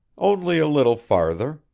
only a little farther,